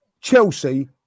Chelsea